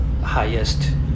highest